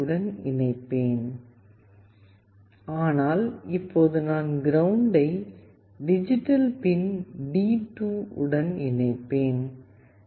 உடன் இணைப்பேன் ஆனால் இப்போது நான் கிரவுண்டை டிஜிட்டல் பின் டி2 உடன் இணைப்பேன்